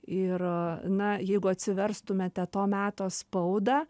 ir na jeigu atsiverstumėte to meto spaudą